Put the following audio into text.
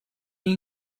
این